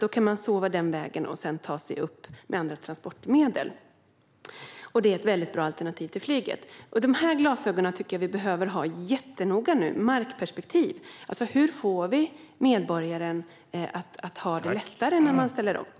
Då kan de sova den vägen och sedan ta sig upp med andra transportmedel, och det är ett väldigt bra alternativ till flyget. Dessa glasögon tycker jag att vi behöver vara jättenoga med nu och alltså ha ett markperspektiv: Hur gör vi det lättare för medborgaren när vi ställer om?